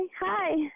Hi